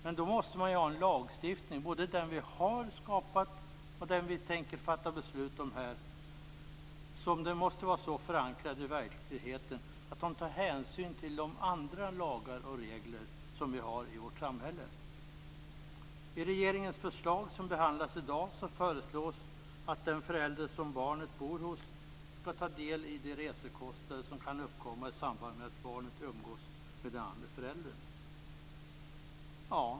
Men då måste man ha en lagstiftning - det gäller både den lag vi har och den vi tänker fatta beslut om här - som är så förankrad i verkligheten att den tar hänsyn till de andra lagar och regler som vi har i vårt samhälle. I regeringens förslag, som behandlas i dag, föreslås att den förälder som barnet bor hos skall ta del i de resekostnader som kan uppkomma i samband med att barnet umgås med den andra föräldern.